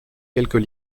quelques